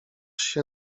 się